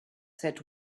said